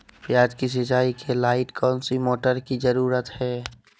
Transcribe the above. प्याज की सिंचाई के लाइट कौन सी मोटर की जरूरत है?